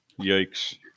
Yikes